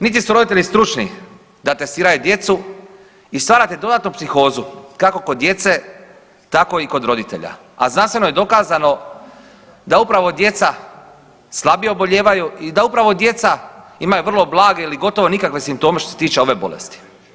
Niti su roditelji stručni da testiraju djecu i stvarate dodatnu psihozu kako kod djece, tako i kod roditelja, a znanstveno je dokazano da upravo djeca slabije obolijevaju i da upravo djeca imaju vrlo blage ili gotovo nikakve simptome što se tiče ove bolesti.